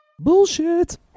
Bullshit